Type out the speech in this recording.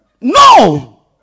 No